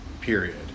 period